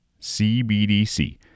CBDC